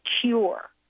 cure